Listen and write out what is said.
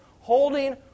holding